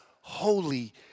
holy